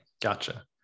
Gotcha